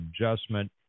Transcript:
adjustment